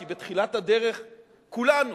כי בתחילת הדרך כולנו,